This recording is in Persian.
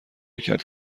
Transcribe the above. کرد